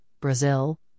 Brazil